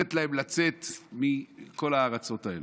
לתת להם לצאת מכל הארצות האלה.